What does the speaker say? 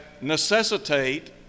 necessitate